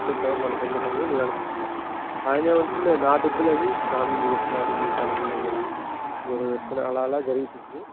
ఇప్పించేద్దాం మనకెందుకు అని నేను అనుకున్నా ఆయనేమంటుండు అది నా డబ్బులని నా మీదకు వస్తున్నాడు నేను తన మీదకు పోయి గొడవ పెట్టుకున్నా అలా అలా జరిగిపోయింది